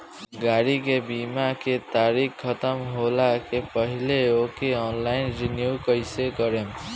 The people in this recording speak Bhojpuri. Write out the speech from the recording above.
गाड़ी के बीमा के तारीक ख़तम होला के पहिले ओके ऑनलाइन रिन्यू कईसे करेम?